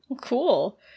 Cool